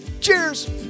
Cheers